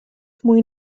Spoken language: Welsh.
mwy